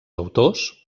autors